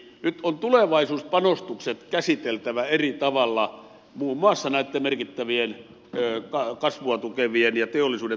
nyt on tulevaisuuspanostukset käsiteltävä eri tavalla muun muassa näitten merkittävien kasvua ja teollisuuden toimintaedellytyksiä tukevien infrahankkeiden osalta